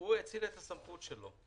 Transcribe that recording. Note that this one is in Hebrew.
הוא האציל את הסמכות שלו.